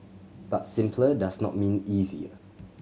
but simpler does not mean easier